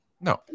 No